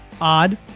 Odd